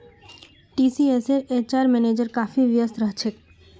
टीसीएसेर HR manager काफी व्यस्त रह छेक